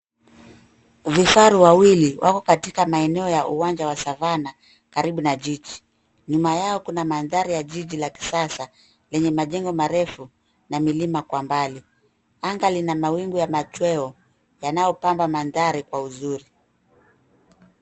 Vifaru wawili wako katika maeneo ya uwanja wa savana karibu na jiji. Nyuma yao kuna mandhari ya jiji la kisasa lenye majengo marefu na milima kwa mbali. Anga lina mawingu ya machweo, yanayopanda mandhari kwa uzuri.